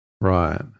Right